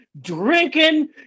drinking